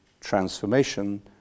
transformation